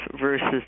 versus